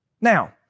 Now